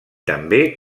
també